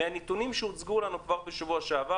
מהנתונים שהוצגו לנו כבר בשבוע שעבר